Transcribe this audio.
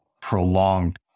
prolonged